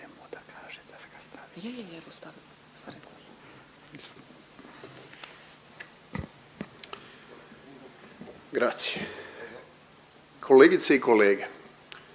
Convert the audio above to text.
Grazie. Kolegice i kolege